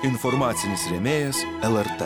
informacinis rėmėjas lrt